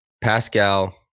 Pascal